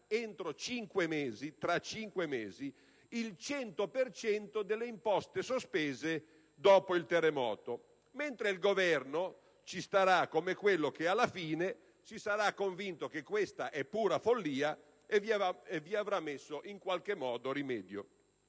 tra cinque mesi il 100 per cento delle imposte sospese dopo il terremoto, mentre il Governo ci starà come quello che, alla fine, si sarà convinto che questa è pura follia e vi avrà messo in qualche modo rimedio.